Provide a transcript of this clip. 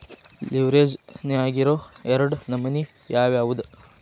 ಲಿವ್ರೆಜ್ ನ್ಯಾಗಿರೊ ಎರಡ್ ನಮನಿ ಯಾವ್ಯಾವ್ದ್?